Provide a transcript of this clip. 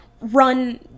run